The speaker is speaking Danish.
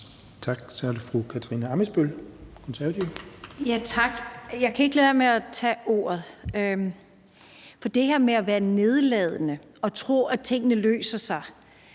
Tak. Jeg kan ikke lade være med at tage ordet, når der bliver sagt det her med at være nedladende og tro, at tingene løser sig.